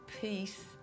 peace